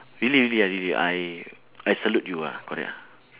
really really ah really I I salute you ah correct ah